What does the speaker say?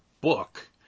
book